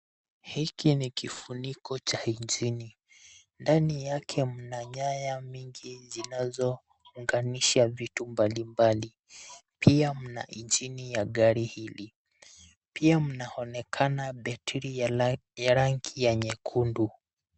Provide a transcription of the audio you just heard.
Hiki ni kifuniko cha injini. Ndani yake mna nyaya mingi zinazouganisha vitu mbalimbali. Pia mna injini ya gari hili. Pia mnaonekana battery ya rangi ya nyekundu.